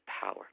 power